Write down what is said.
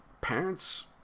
parents –